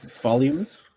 volumes